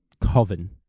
coven